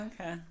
Okay